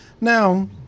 Now